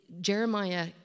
Jeremiah